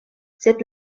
sed